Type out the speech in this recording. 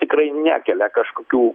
tikrai nekelia kažkokių